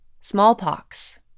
smallpox